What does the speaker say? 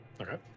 Okay